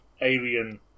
alien